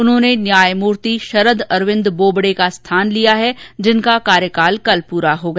उन्होंने न्यायमूर्ति शरद अरविंद बोबडे का स्थान लिया है जिनका कार्यकाल कल पूरा हो गया